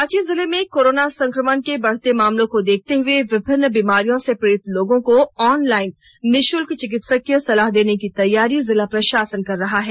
रांची जिले में कोरोना संक्रमण के बढ़ते मामलों को देखते हुए विभिन्न बीमारियों से पीड़ित लोगों को ऑनलाइन निःशुल्क चिकित्सीय सलाह देने की तैयारी जिला प्रशासन कर रही है